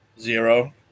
Zero